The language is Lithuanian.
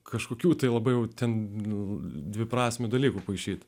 kažkokių tai labai jau ten dviprasmių dalykų paišyti